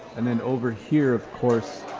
and then over here of course,